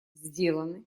сделаны